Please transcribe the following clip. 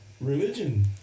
religion